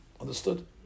Understood